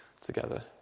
together